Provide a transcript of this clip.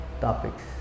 topics